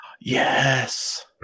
Yes